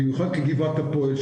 במיוחד כגבעת הפועל,